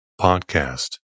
Podcast